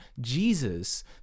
Jesus